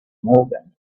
morgan